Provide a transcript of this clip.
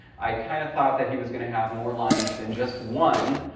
i kind of thought that he was going to have more lines than just one.